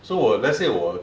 so 我 let's say 我